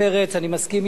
אני מסכים אתך.